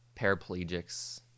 Paraplegics